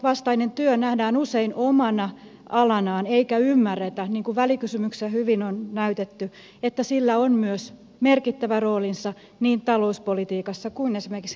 korruptionvastainen työ nähdään usein omana alanaan eikä ymmärretä niin kuin välikysymyksessä hyvin on näytetty että sillä on myös merkittävä roolinsa niin talouspolitiikassa kuin esimerkiksi laajentumispolitiikassakin